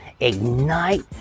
ignite